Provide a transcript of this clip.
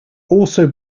also